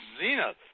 zenith